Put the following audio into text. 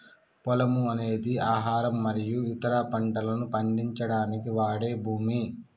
పొలము అనేది ఆహారం మరియు ఇతర పంటలను పండించడానికి వాడే భూమి